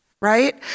right